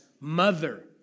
mother